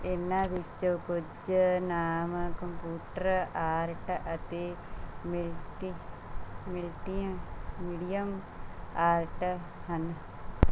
ਇਹਨਾਂ ਵਿੱਚੋਂ ਕੁਝ ਨਾਮ ਕੰਪੂਟਰ ਆਰਟ ਅਤੇ ਮਿਲਟੀ ਮਿਲਟੀਆਂ ਮੀਡੀਅਮ ਆਰਟ ਹਨ